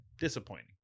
disappointing